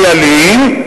כלליים,